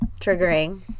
triggering